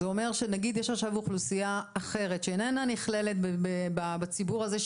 זה אומר שנגיד יש עכשיו אוכלוסייה אחרת שאיננה נכללת בציבור הזה,